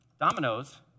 dominoes